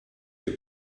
you